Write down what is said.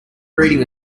reading